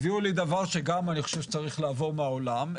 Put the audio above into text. הביאו לי דבר שאני חושב שצריך לעבור מהעולם,